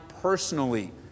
personally